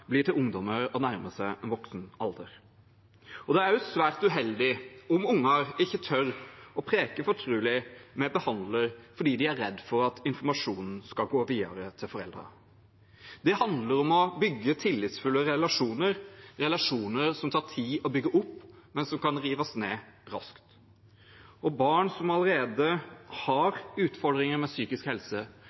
blir til ungdommer og nærmer seg voksen alder. Det er også svært uheldig om unger ikke tør å prate fortrolig med behandler fordi de er redde for at informasjonen skal gå videre til foreldrene. Det handler om å bygge tillitsfulle relasjoner – relasjoner som tar tid å bygge opp, men som kan rives ned raskt. Barn som allerede har utfordringer med psykisk helse,